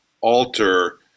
alter